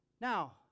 Now